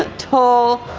ah tall,